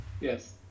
Yes